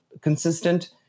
consistent